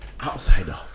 Outsider